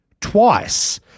twice